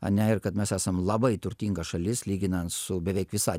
ane ir kad mes esam labai turtinga šalis lyginant su beveik visa